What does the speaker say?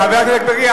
חבר הכנסת אגבאריה,